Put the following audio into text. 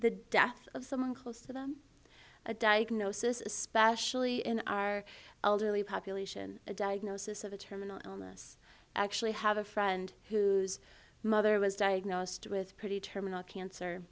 the death of someone close to them a diagnosis especially in our elderly population a diagnosis of a terminal illness actually have a friend whose mother was diagnosed with pretty terminal cancer